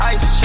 Ice